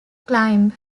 climb